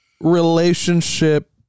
relationship